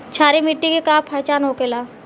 क्षारीय मिट्टी के का पहचान होखेला?